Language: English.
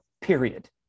period